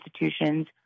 institutions